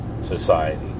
society